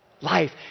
Life